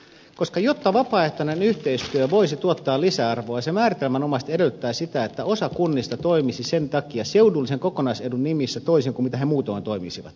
koska jotta vapaaehtoinen yhteistyö voisi tuottaa lisäarvoa se määritelmänomaisesti edellyttää sitä että osa kunnista toimisi sen takia seudullisen kokonaisedun nimissä toisin kuin ne muutoin toimisivat